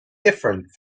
different